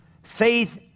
Faith